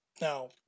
Now